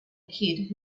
kid